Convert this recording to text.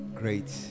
great